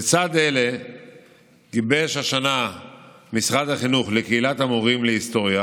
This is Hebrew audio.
לצד אלה גיבש השנה משרד החינוך לקהילת המורים להיסטוריה